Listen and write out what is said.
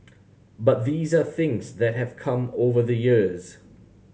but these are things that have come over the years